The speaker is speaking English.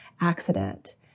accident